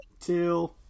Two